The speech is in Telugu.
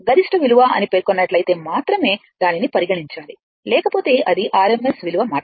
గరిష్ట విలువ అని పేర్కొన్నట్లయితే మాత్రమే దానిని పరిగణించాలి లేకపోతే అది RMS విలువ మాత్రమే